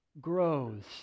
grows